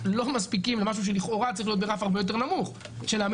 לא מספיקים למשהו שלכאורה צריך להיות ברף הרבה יותר נמוך של להעמיד